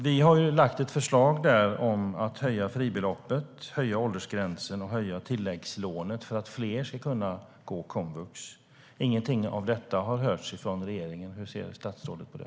Vi har lagt fram ett förslag om att höja fribeloppet, höja åldersgränsen och höja tilläggslånet för att fler ska kunna gå på komvux. Ingenting av detta har hörts från regeringen. Hur ser statsrådet på det?